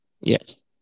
Yes